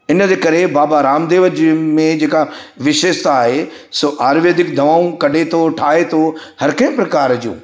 इनजे करे बाबा रामदेव जी में जेका विशेषता आहे सो आयुर्वेदिक दवाऊं कढे थो ठाहे थो हर के प्रकार जूं